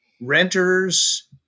Renters